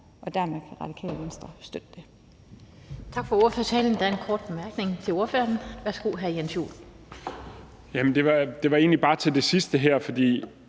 Dermed kan Radikale Venstre støtte det.